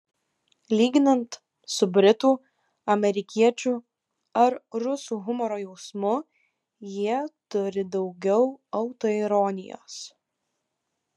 lyginant su britų amerikiečių ar rusų humoro jausmu jie turi daugiau autoironijos